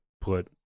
put